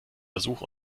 versuch